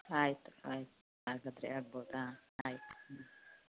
ಆಯ್ತು ಆಯ್ತು ಹಾಗಾದರೆ ಆಗ್ಬೋದಾ ಆಯ್ತು